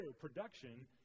production